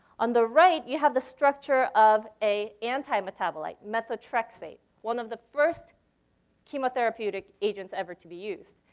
on the right, you have the structure of a anti-metabolite, methotrexate, one of the first chemotherapeutic agents ever to be used.